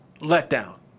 letdown